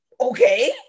okay